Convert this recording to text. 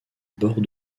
bord